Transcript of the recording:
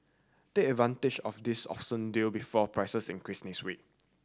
take advantage of this awesome deal before prices increase next week